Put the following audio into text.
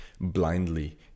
blindly